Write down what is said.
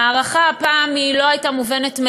ההארכה הפעם לא הייתה מובנת מאליה,